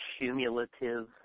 cumulative